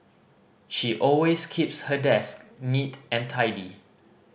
she always keeps her desk neat and tidy